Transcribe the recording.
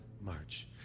march